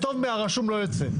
מהדואר הרשום טוב לא יצא.